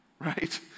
Right